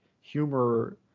humor